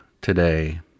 today